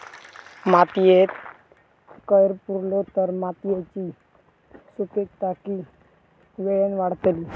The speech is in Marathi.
मातयेत कैर पुरलो तर मातयेची सुपीकता की वेळेन वाडतली?